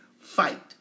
fight